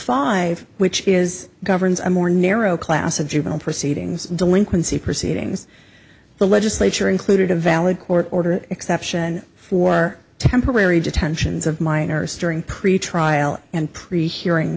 five which is governs a more narrow class of juvenile proceedings delinquency proceedings the legislature included a valid court order exception for temporary detentions of minors during pretrial and pre hearing